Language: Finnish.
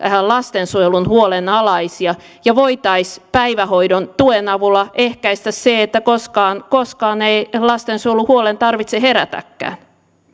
lastensuojelun huolen alaisia ja voitaisiin päivähoidon tuen avulla ehkäistä se että koskaan koskaan ei lastensuojeluhuolen tarvitse herätäkään